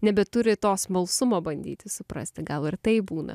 nebeturi to smalsumo bandyti suprasti gal ir taip būna